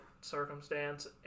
circumstance